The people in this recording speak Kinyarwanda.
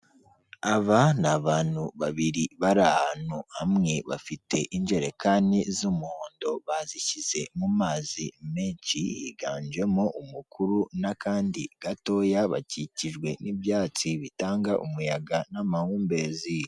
Aba ni abantu babiri bari ahantu hamwe, bafite injerekani z'umuhondo bazishyize mu mazi menshi, higanjemo umukuru n'akandi gatoya, bakikijwe n'ibyatsi bitanga umuyaga n'amahumbezi.